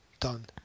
Done